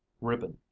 ribbon